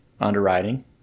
underwriting